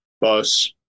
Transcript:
bus